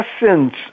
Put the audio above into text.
essence